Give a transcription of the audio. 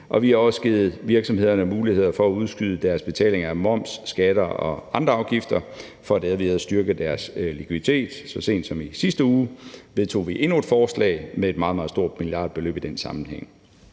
vi har også givet virksomhederne mulighed for at udskyde deres betaling af moms, skatter og afgifter for derved at styrke deres likviditet. Så sent som i sidste uge vedtog vi endnu et forslag, der indebar et meget, meget stort milliardbeløb i den sammenhæng.